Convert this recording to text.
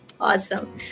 Awesome